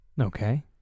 Okay